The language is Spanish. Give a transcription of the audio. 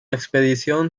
expedición